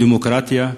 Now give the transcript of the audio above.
דמוקרטיה,